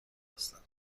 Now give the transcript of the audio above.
هستم